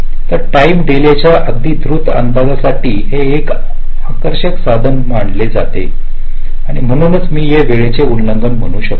तर time delay च्या अगदी द्रुत अंदाजासाठी हे एक आकर्षक साधन बनले आहे आणि म्हणूनच मी वेळेचे उल्लंघन म्हणू शकतो